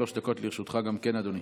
שלוש דקות גם לרשותך, אדוני.